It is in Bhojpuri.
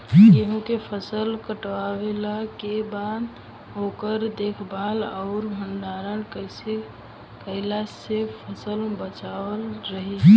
गेंहू के फसल कटला के बाद ओकर देखभाल आउर भंडारण कइसे कैला से फसल बाचल रही?